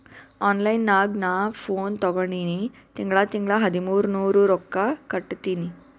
online ನಾಗ್ ನಾ phone ತಗೊಂಡಿನಿ ತಿಂಗಳಾ ತಿಂಗಳಾ ಹದಿಮೂರ್ ನೂರ್ ರೊಕ್ಕಾ ಕಟ್ಟತ್ತಿನಿ